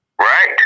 right